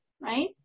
right